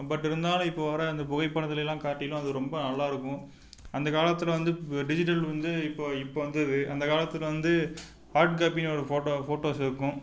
but இருந்தாலும் இப்போது வர இந்த புகைப்படத்துலெலாம் காட்டிலும் அது ரொம்ப நல்லாயிருக்கும் அந்த காலத்தில் வந்து இப்போ டிஜிட்டல் வந்து இப்போ இப்போ வந்தது அந்த காலத்தில் வந்து ஹார்ட் காப்பின்னு ஒரு ஃபோட்டோ ஃபோட்டோஸ் இருக்கும்